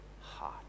heart